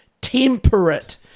temperate